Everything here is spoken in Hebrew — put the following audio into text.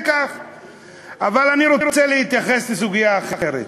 אבל אני רוצה להתייחס לסוגיה אחרת.